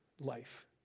life